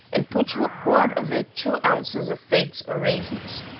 and put to a quart of it two ounces of figs or raisins,